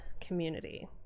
community